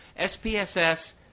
SPSS